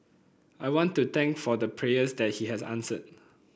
I want to thank for the prayers that he has answered